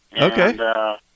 Okay